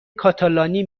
کاتالانی